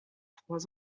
trois